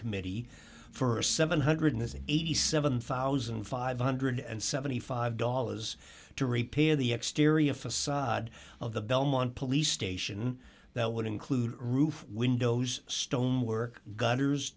committee for seven hundred dollars missing eighty seven thousand five hundred and seventy five dollars to repair the exterior facade of the belmont police station that would include roof windows stonework gutters